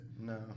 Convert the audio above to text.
No